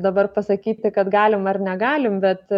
dabar pasakyti kad galim ar negalim bet